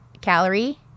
calorie